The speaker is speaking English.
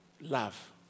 love